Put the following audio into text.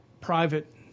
private